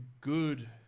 good